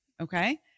Okay